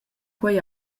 quei